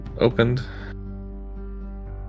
opened